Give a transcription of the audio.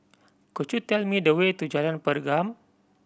could you tell me the way to Jalan Pergam